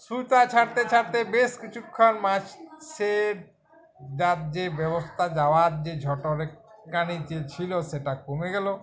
সুতো ছাড়তে ছাড়তে বেশ কিছুক্ষণ মাছের দিয়ে যে ব্যবস্থা যাওয়ার যে একখানি যে ছিল সেটা কমে গেল